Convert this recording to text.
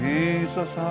Jesus